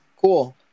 Cool